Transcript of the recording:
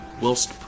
Whilst